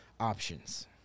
Options